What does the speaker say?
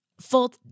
Full